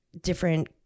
different